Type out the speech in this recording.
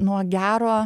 nuo gero